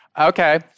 Okay